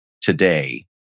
today